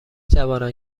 توانم